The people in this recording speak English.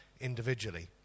individually